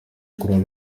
croix